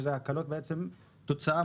שאלה הקלות שהן תוצאה,